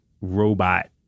robot